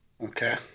Okay